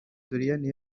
doriane